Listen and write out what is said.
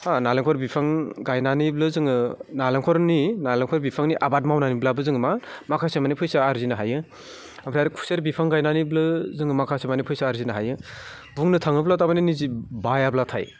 हा नालेंखर बिफां गायनानैबो जोङो नारेंखलनि नालेंखर बिफांनि आबाद मावनानैब्लाबो जोङो मा माखासे माने फैसा आर्जिनो हायो ओमफ्राय आरो खुसेर बिफां गायनानैबो जोङो माखासेमानि फैसा आर्जिनो हायो बुंनो थाङोब्ला तारमाने निजे बायाब्लाथाय